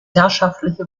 herrschaftliche